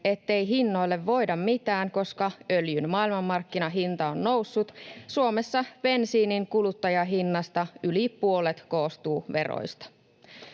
ettei hinnoille voida mitään, koska öljyn maailmanmarkkinahinta on noussut, Suomessa bensiinin kuluttajahinnasta yli puolet koostuu veroista.